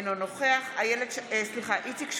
אינו נוכח איציק שמולי,